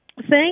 Thank